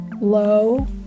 low